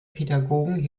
pädagogen